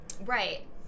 right